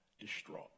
distraught